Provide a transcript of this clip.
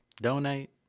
donate